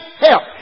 help